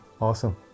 awesome